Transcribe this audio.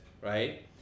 right